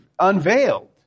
unveiled